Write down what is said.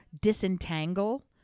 disentangle